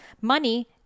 Money